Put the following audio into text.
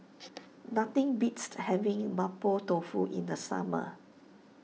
nothing beats to having Mapo Tofu in the summer